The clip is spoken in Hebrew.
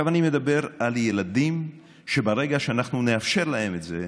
אני מדבר על ילדים שברגע שאנחנו נאפשר להם את זה,